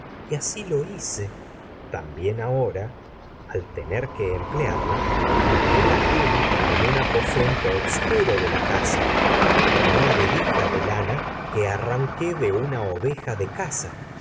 y así lo hice también ahora un que al tener que emplearla unté la túnica en casa con una aposento obscuro de la vedija de lana arranqué de una tragedias de sófocles oveja de casa